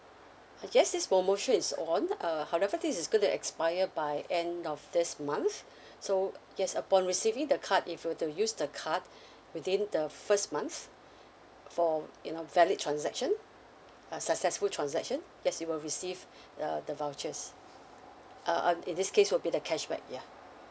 uh yes this promotion is on uh however this is gonna expire by end of this month so yes upon receiving the card if you were to use the card within the first month for you know valid transaction uh successful transaction yes you will receive uh the vouchers uh uh in this case will be the cashback ya